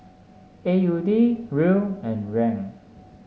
A U D Riel and Yuan